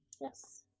Yes